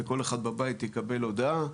וכל אחד בבית יקבל הודעה,